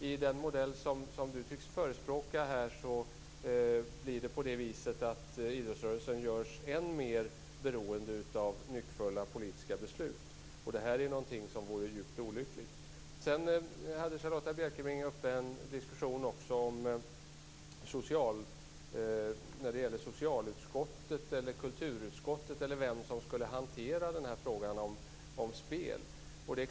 I den modell som Charlotta Bjälkebring förespråkar görs idrottsrörelsen än mer beroende av nyckfulla politiska beslut. Det vore djupt olyckligt. Charlotta Bjälkebring tog också upp en diskussion om vilket utskott, socialutskottet eller kulturutskottet, som skulle hantera frågan om spel.